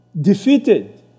defeated